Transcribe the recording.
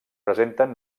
presenten